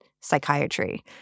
psychiatry